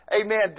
Amen